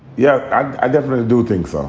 yeah i definitely do think so.